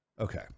Okay